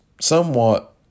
Somewhat